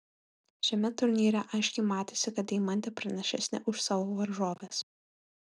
šiame turnyre aiškiai matėsi kad deimantė pranašesnė už savo varžoves